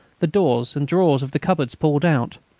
the doors and drawers of the cupboards pulled out,